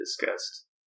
discussed